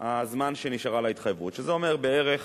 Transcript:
הזמן שנשארה להתחייבות, שזה אומר בערך